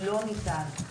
לא ניתן.